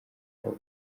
kwaba